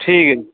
ਠੀਕ ਹੈ ਜੀ